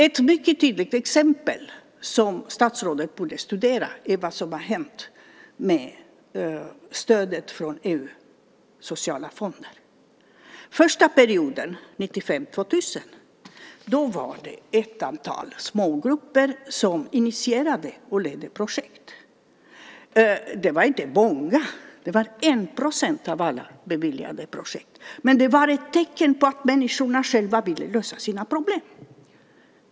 Ett mycket tydligt exempel som statsrådet borde studera är vad som har hänt med stödet från EU:s sociala fonder. Under den första perioden 1995-2000 var det ett antal smågrupper som initierade och ledde projekt. Det var inte många. Det var 1 % av alla beviljade projekt, men det var ett tecken på att människorna själva ville lösa sina problem.